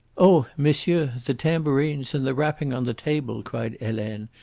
oh, monsieur, the tambourines and the rapping on the table! cried helene.